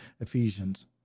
Ephesians